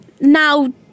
now